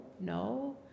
no